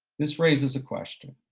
this raises a question,